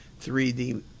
3D